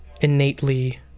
innately